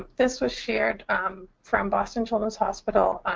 this was shared from boston children's hospital.